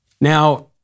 Now